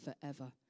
forever